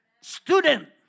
Student